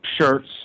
shirts